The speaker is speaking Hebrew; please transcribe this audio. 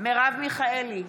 מרב מיכאלי,